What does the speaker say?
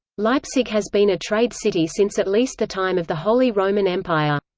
leipzig has been a trade city since at least the time of the holy roman empire.